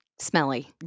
Smelly